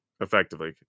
effectively